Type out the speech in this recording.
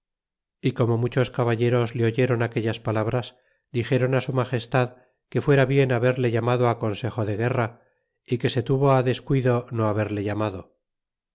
y como muchos caballeros le coyeronaqueilas palabras dixeron á su magestad que fuera bien haberle llamado á consejo de guerra y que se tuvo á descuido no haberle llamado